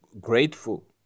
grateful